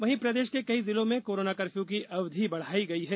वहीं प्रदेश के कई जिलों में कोरोना कर्फ्यू की अवधि बढ़ाई गई है